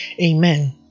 Amen